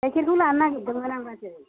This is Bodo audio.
गाइखेरखौ लानो नागिरदोंमोन आं बाजै